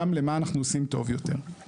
גם למה אנחנו עושים טוב יותר.